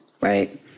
right